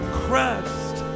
crest